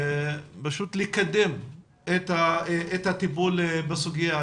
פשוט לקדם את הטיפול בסוגיה.